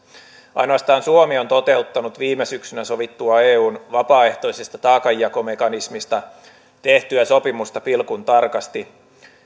ainoastaan suomi on toteuttanut viime syksynä sovittua eun vapaaehtoisesta taakanjakomekanismista tehtyä sopimusta pilkuntarkasti